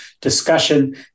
discussion